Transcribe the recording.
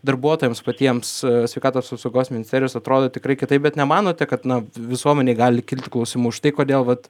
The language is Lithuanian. darbuotojams patiems sveikatos apsaugos ministerijos atrodo tikrai kitaip bet nemanote kad visuomenei gali kilti klausimų štai kodėl vat